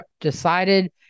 decided